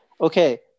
okay